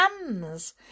hands